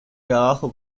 trabajo